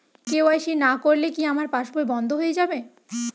KYC না করলে কি আমার পাশ বই বন্ধ হয়ে যাবে?